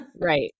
Right